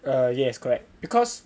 uh yes correct because